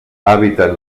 hàbitat